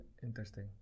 Interesting